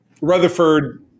rutherford